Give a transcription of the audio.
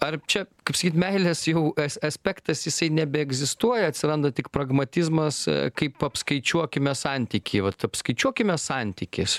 ar čia kaip sakyt meilės jau es aspektas jisai nebeegzistuoja atsiranda tik pragmatizmas kaip apskaičiuokime santykį vat apskaičiuokime santykį s